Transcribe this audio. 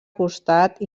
costat